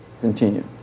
continue